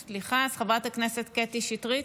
סליחה, אז חברת הכנסת קטי שטרית.